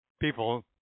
People